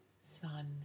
sun